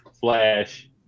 Flash